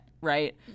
right